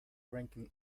ranking